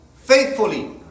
faithfully